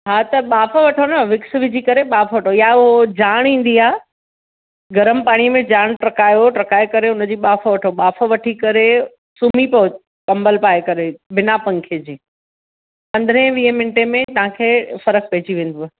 हा त बाफ़ वठो न विक्स विझी करे बाफ़ वठो या उहो जाण ईंदी आहे गरम पाणीअ में जाण ट्र्कायो ट्र्काए करे हुनजी बाफ़ वठो बाफ़ वठी करे सुम्ही पओ कंबल पाए करे बिना पंखे जे पंद्रहं वीह मिंटे में तव्हां खे फ़र्क़ु पइजी वेंदव